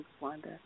Wanda